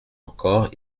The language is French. encore